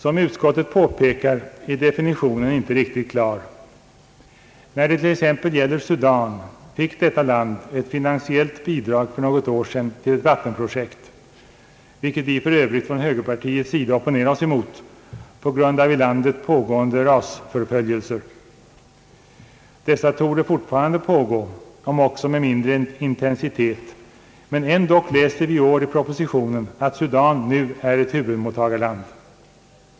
Som utskottet påpekar är definitionen inte riktigt klar. När det t.ex. gäller Sudan fick detta land ett finansiellt bidrag för något år sedan till ett vattenprojekt — vilket vi för övrigt från högerpartiets sida opponerade oss emot på grund av i landet pågående rasförföljelser. Dessa torde fortfarande pågå, om också med mindre intensitet, men ändock läser vi i år i propositionen att Sudan nu är ett huvudmottagarland.